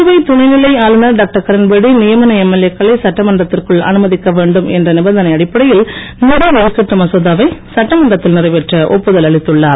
புதுவை துணைநிலை ஆளுநர் டாக்டர் கிரண்பேடி நியமன எம்எல்ஏ க்களை சட்டமன்றத்திற்குள் அனுமதிக்க வேண்டும் என்ற நிபந்தனை அடிப்டையில் நிதி ஒதுக்கிட்டு மசோதாவை சட்டமன்றத்தில் நிறைவேற்ற ஒப்புதல் அளித்துள்ளார்